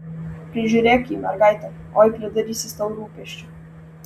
prižiūrėk jį mergaite oi pridarys jis tau rūpesčių